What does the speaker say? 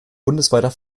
bundesweiter